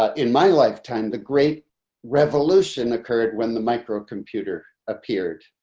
ah in my lifetime, the great revolution occurred when the micro computer appeared.